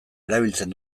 erabiltzen